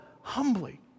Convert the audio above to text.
humbly